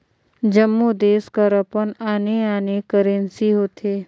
जम्मो देस कर अपन आने आने करेंसी होथे